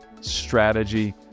strategy